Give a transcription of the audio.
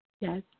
Yes